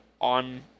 on